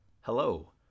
Hello